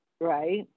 Right